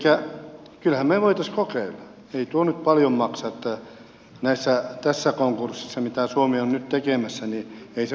elikkä kyllähän me voisimme kokeilla ei tuo nyt paljon maksa tässä konkurssissa mitä suomi on nyt tekemässä ei se paljon siinä ole